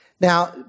Now